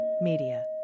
Media